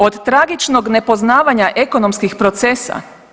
Od tragičnog nepoznavanja ekonomskih procesa?